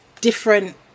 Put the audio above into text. different